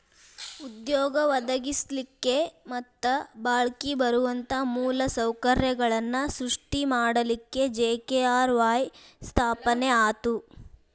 ಉದ್ಯೋಗ ಒದಗಸ್ಲಿಕ್ಕೆ ಮತ್ತ ಬಾಳ್ಕಿ ಬರುವಂತ ಮೂಲ ಸೌಕರ್ಯಗಳನ್ನ ಸೃಷ್ಟಿ ಮಾಡಲಿಕ್ಕೆ ಜಿ.ಕೆ.ಆರ್.ವಾಯ್ ಸ್ಥಾಪನೆ ಆತು